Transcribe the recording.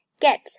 Get